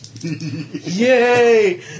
Yay